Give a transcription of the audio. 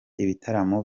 ibitaramo